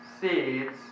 seeds